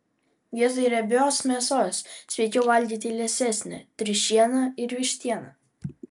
vietoj riebios mėsos sveikiau valgyti liesesnę triušieną ir vištieną